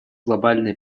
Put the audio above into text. глобальной